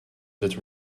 that